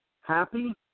happy